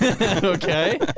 Okay